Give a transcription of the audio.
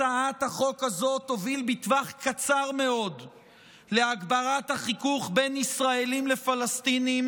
הצעת החוק הזאת תוביל בטווח קצר מאוד להגברת החיכוך בין ישראלים לפלסטינים